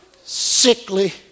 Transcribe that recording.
sickly